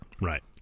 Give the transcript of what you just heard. Right